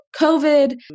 COVID